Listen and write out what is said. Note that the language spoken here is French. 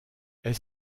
est